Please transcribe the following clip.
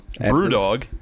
Brewdog